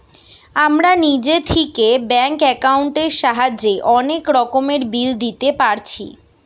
আমরা নিজে থিকে ব্যাঙ্ক একাউন্টের সাহায্যে অনেক রকমের বিল দিতে পারছি